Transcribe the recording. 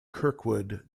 kirkwood